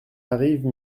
arrive